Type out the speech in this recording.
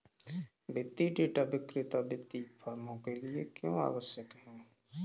वित्तीय डेटा विक्रेता वित्तीय फर्मों के लिए क्यों आवश्यक है?